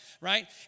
right